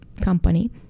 company